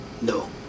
no